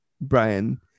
Brian